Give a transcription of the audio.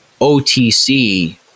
OTC